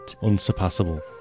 unsurpassable